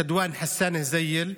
שדואן חסאן אלהזיל,